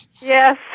Yes